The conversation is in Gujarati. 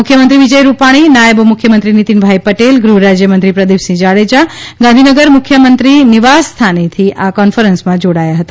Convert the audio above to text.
મુખ્યમંત્રી વિજય રૂપાણી નાયબ મુખ્ય મંત્રી નીતિન પટેલ ગૃહ રાજ્ય મંત્રી પ્રદીપસિંહ જાડેજા ગાંધીનગર મુખ્ય મંત્રી નિવાસસ્થાને થી આ કોન્ફરન્સ માં જોડાયા હતા